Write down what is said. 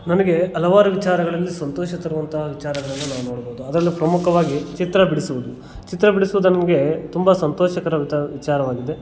ನನಗೆ ಹಲವಾರು ವಿಚಾರಗಳಲ್ಲಿ ಸಂತೋಷ ತರುವಂತಹ ವಿಚಾರಗಳನ್ನು ನಾವು ನೋಡಬೋದು ಅದರಲ್ಲೂ ಪ್ರಮುಖವಾಗಿ ಚಿತ್ರ ಬಿಡಿಸುವುದು ಚಿತ್ರ ಬಿಡಿಸುವುದು ನನಗೆ ತುಂಬ ಸಂತೋಷಕರ ವಿಚಾ ವಿಚಾರವಾಗಿದೆ